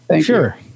Sure